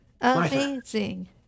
Amazing